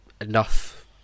enough